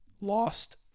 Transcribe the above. Lost